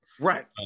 right